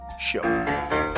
show